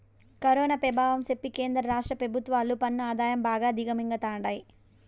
corona పెభావం సెప్పి కేంద్ర రాష్ట్ర పెభుత్వాలు పన్ను ఆదాయం బాగా దిగమింగతండాయి